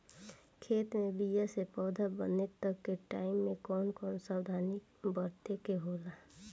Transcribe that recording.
खेत मे बीया से पौधा बने तक के टाइम मे कौन कौन सावधानी बरते के होला?